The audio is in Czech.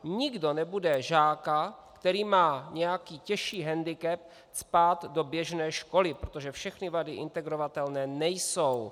Nikdo nebude žáka, který má nějaký těžší hendikep, cpát do běžné školy, protože všechny vady integrovatelné nejsou.